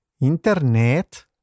internet